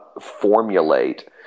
formulate